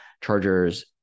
Chargers